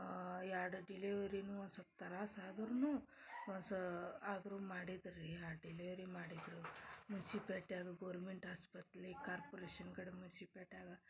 ಎರಡು ಡಿಲೆವರಿನೂ ಒನ್ಸೊಲ್ಪ ತ್ರಾಸ ಆದರೂನು ಒಂದ್ಸೋ ಆದರು ಮಾಡಿದ್ರು ರೀ ಆ ಡಿಲೆವರಿ ಮಾಡಿದ್ದರು ಮುನ್ಸಿಪೇಟ್ಯಾಗು ಗೌರ್ಮೆಂಟ್ ಆಸ್ಪತ್ಲಿ ಕಾರ್ಪೊರೇಷನ್ ಕಡೆ ಮುನ್ಸಿಪೇಟ್ಯಾಗ